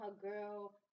girl